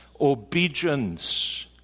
obedience